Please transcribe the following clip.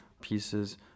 pieces